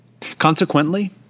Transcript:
Consequently